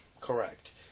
correct